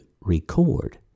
record